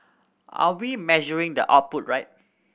are we measuring the output right